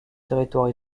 territoire